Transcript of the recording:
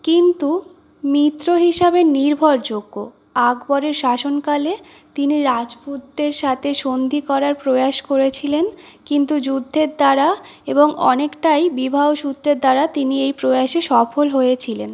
কিন্তু মিত্র হিসাবে নির্ভরযোগ্য আকবরের শাসনকালে তিনি রাজপুতদের সাথে সন্ধি করার প্রয়াস করেছিলেন কিন্তু যুদ্ধের দ্বারা এবং অনেকটাই বিবাহ সূত্রের দ্বারা তিনি এই প্রয়াসে সফল হয়েছিলেন